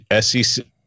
SEC